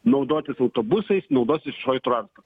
naudotis autobusais naudotis viešuoju transportu